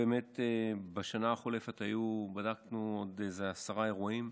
בשנה החולפת בדקנו עוד כעשרה אירועים,